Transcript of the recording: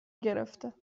گرفته